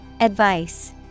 Advice